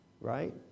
Right